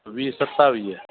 V सतावीह